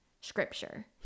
scripture